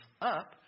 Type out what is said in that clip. up